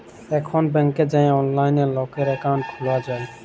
এখল ব্যাংকে যাঁয়ে অললাইলে লকের একাউল্ট খ্যুলা যায়